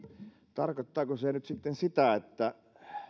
tarkoittaako se nyt sitten sitä että